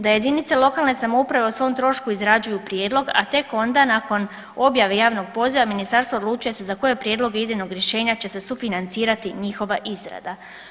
Da jedinice lokalne samouprave o svom trošku izrađuju prijedlog, a tek onda nakon objave javnog poziva ministarstvo odlučuje se za koje prijedloge idejnog rješenja će se sufinancirati njihova izrada.